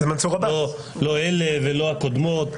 לא אלה ולא הקודמות,